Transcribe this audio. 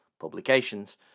publications